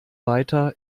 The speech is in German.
weiter